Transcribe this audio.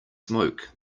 smoke